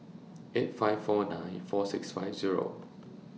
eight five four nine four six five Zero